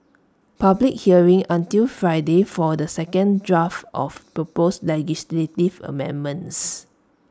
public hearing until Friday for the second draft of proposed legislative amendments